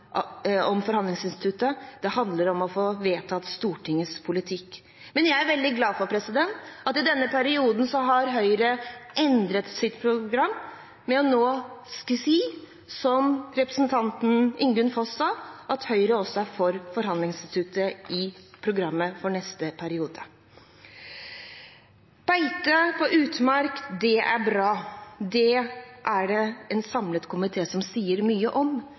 forhandlingsinstituttet, det handler om å få vedtatt Stortingets politikk. Men jeg er veldig glad for at Høyre i denne perioden har endret sitt program til nå å si, som representanten Ingunn Foss sa, at Høyre også er for forhandlingsinstituttet i programmet for neste periode. Beite på utmark er bra. Det sier en samlet komité mye om, men vi sier